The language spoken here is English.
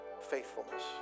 faithfulness